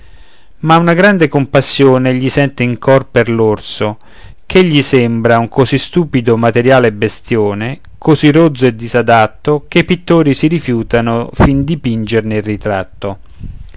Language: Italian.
ma una grande compassione egli sente in cor per l'orso che gli sembra un così stupido materiale bestïone così rozzo e disadatto che i pittori si rifiutano fin di pingerne il ritratto